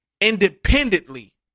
independently